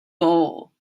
bowl